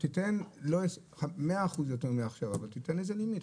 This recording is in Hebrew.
תיתן 100 אחוז יותר מעכשיו אבל תיתן איזה לימיט,